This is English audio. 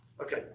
Okay